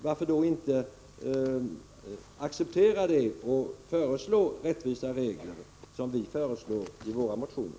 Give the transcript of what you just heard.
Varför då inte acceptera det och föreslå rättvisa regler, som vi gör i våra motioner?